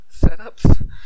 setups